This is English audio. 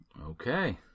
Okay